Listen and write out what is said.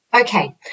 Okay